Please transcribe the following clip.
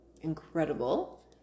incredible